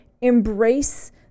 embrace